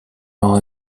are